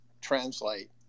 translate